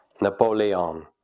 Napoleon